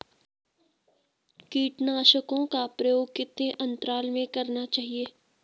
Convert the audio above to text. कीटनाशकों का प्रयोग कितने अंतराल में करना चाहिए?